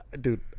dude